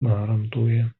гарантує